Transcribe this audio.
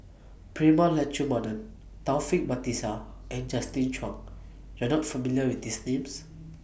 Prema Letchumanan Taufik Batisah and Justin Zhuang YOU Are not familiar with These Names